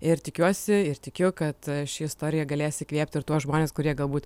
ir tikiuosi ir tikiu kad ši istorija galės įkvėpti ir tuos žmones kurie galbūt